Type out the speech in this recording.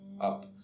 up